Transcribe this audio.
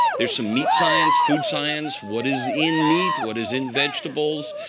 there's some meat science, food science. what is in meat? what is in vegetables?